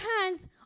hands